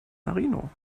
marino